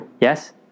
Yes